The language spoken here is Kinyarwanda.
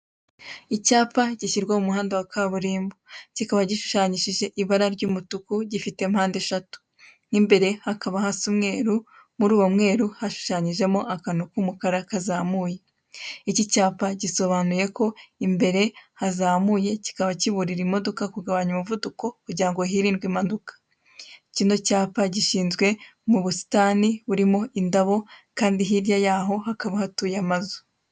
Icyapa gishyirwa mu muhanda wa kaburimbo. Kikaba gishushanyishije ibara ry'umutuku gifite mpande eshatu, mo imbere hakaba hasa umweru, muri uwo mweru hashushanyijeho akantu k'umukara kazamuye. Iki cyapa gisobanuye ko imbere hazamuye kikaba kiburira imodoka kugabanya umuvuduko kugira ngo hirindwe impanuka. Kino cyapa gishinzwe mu busitani burimo indabo kandi hirya yaho hakaba hatuye amazu.